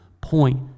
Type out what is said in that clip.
point